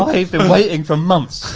um i've been waiting for months.